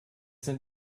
sind